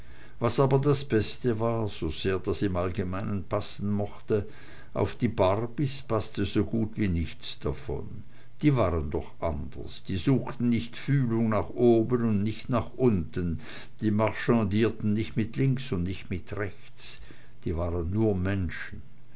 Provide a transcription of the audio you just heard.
was aber das beste war sosehr das alles im allgemeinen passen mochte auf die barbys paßte so gut wie nichts davon die waren doch anders die suchten nicht fühlung nach oben und nicht nach unten die marchandierten nicht mit links und nicht mit rechts die waren nur menschen